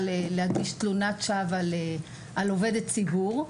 למשל מבן זוג להגיש תלונת שווא על עובדת ציבור,